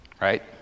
right